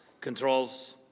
controls